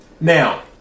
Now